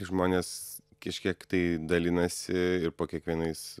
žmonės kažkiek tai dalinasi ir po kiekvienais